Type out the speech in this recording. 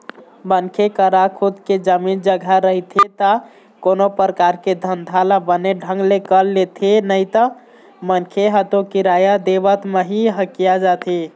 मनखे करा खुद के जमीन जघा रहिथे ता कोनो परकार के धंधा ल बने ढंग ले कर लेथे नइते मनखे ह तो किराया देवत म ही हकिया जाथे